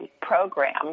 program